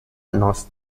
nos